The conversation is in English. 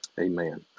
Amen